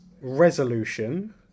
resolution